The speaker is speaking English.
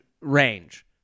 range